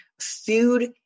food